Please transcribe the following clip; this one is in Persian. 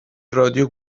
رادیو